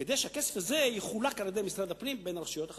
כדי שהכסף הזה יחולק על-ידי משרד הפנים בין הרשויות החלשות.